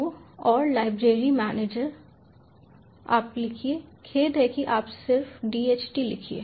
तो और library manager आप लिखिए खेद है कि आप सिर्फ DHT लिखिए